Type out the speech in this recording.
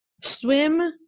swim